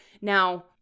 Now